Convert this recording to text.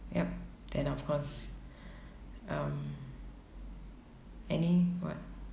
yup then of course um any what